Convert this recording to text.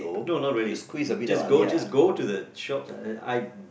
no no really just go just go the the shop I